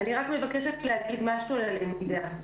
אני מבקשת להגיד משהו על הלמידה.